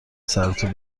سردتو